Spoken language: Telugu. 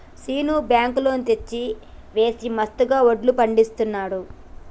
శీను బ్యాంకు లోన్ తెచ్చి వేసి మస్తుగా వడ్లు పండిస్తున్నాడు